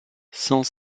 cent